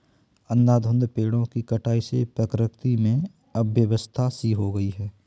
अंधाधुंध पेड़ों की कटाई से प्रकृति में अव्यवस्था सी हो गई है